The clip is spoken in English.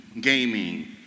gaming